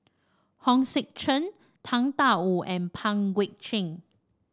Hong Sek Chern Tang Da Wu and Pang Guek Cheng